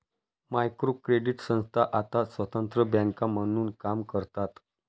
micro credit संस्था आता स्वतंत्र बँका म्हणून काम करतात